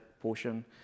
portion